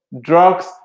Drugs